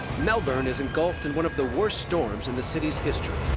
melbourne is engulfed in one of the worst storms in the city's history.